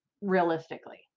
realistically